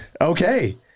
Okay